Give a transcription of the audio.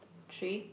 tree